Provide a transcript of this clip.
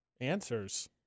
answers